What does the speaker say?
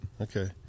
Okay